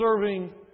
serving